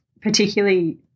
particularly